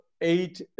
eight